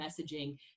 messaging